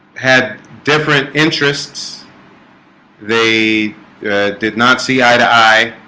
had different interests they did not see eye to eye,